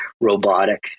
robotic